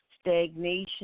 stagnation